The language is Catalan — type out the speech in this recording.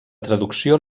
traducció